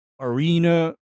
arena